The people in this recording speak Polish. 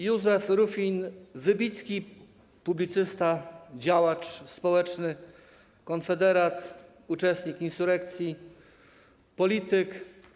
Józef Rufin Wybicki - publicysta, działacz społeczny, konfederat, uczestnik insurekcji, polityk.